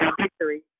Victory